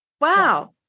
Wow